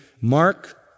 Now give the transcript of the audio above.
Mark